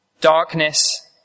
Darkness